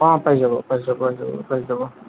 অ পাই যাব পাই যাব পাই যাব পাই যাব